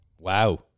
Wow